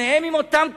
שניהם עם אותם כישורים,